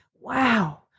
Wow